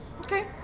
Okay